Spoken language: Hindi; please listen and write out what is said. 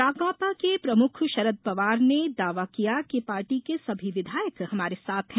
राकांपा के प्रमुख शरद पवार ने दावा किया कि पार्टी के सभी विधायक हमारे साथ हैं